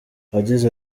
yagize